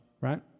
right